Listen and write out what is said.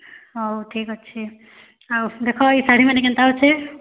ହଉ ଠିକ୍ ଅଛେ ଆଉ ଦେଖ ଇ ଶାଢ଼ୀମାନେ କେନ୍ତା ଅଛେ